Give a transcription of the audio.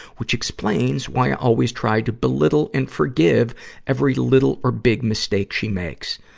which explains why i always try to belittle and forgive every little or big mistake she makes.